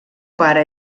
pare